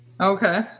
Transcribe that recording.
Okay